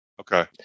okay